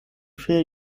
vier